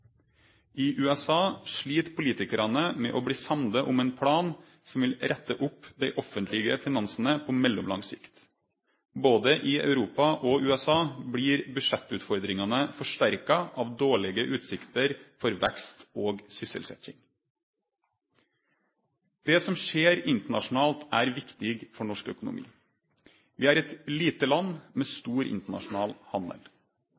I USA slit politikarane med å bli samde om ein plan som vil rette opp dei offentlege finansane på mellomlang sikt. Både i Europa og i USA blir budsjettutfordringane forsterka av dårlege utsikter for vekst og sysselsetjing. Det som skjer internasjonalt, er viktig for norsk økonomi. Vi er eit lite land med